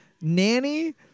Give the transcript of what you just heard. Nanny